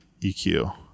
EQ